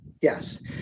yes